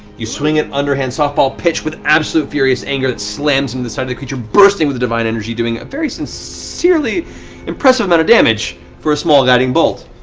you swing it underhand softball pitch with absolute furious anger that slams into and the side of the creature, bursting with the divine energy, doing a very sincerely impressive amount of damage for a small guiding bolt.